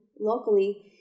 locally